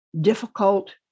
difficult